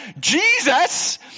Jesus